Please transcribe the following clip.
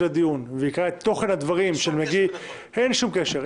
הדיון ויקרא את תוכן הדברים יגיד שאין שום קשר.